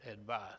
advice